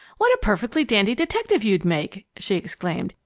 what a perfectly dandy detective you'd make! she exclaimed.